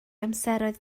amseroedd